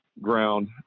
ground